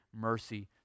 mercy